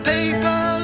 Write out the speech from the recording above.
Paper